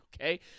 okay